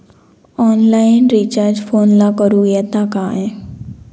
Online recharge फोनला करूक येता काय?